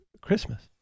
Christmas